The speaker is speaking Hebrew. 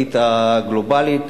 הכלכלית הגלובלית.